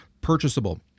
purchasable